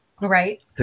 Right